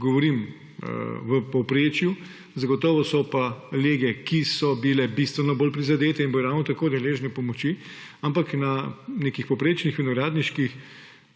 govorim v povprečju, zagotovo so pa lege, ki so bile bistveno bolj prizadete in bodo ravno tako deležne pomoči – na nekih povprečnih vinogradniških